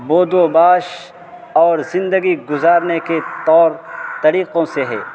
بود و باش اور زندگی گزارنے کے طور طریقوں سے ہے